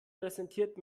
präsentiert